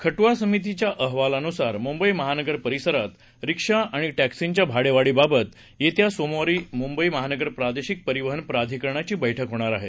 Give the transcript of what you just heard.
खट्आ समितिच्या अहवाला न्सार मुंबई महानगर परिसरात रिक्षा आणि टॅक्सींच्या भाडेवाढी बाबत येत्या सोमवारी मुंबई महानगर प्रादेशिक परिवहन प्रधिकरणाची बैठक होणार आहे